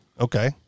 Okay